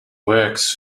works